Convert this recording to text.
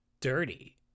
dirty